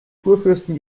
kurfürsten